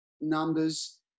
numbers